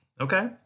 Okay